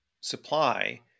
supply